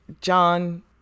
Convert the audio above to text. john